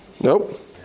nope